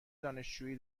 دانشجویی